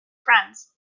friends